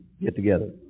get-together